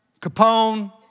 Capone